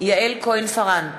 יעל כהן-פארן,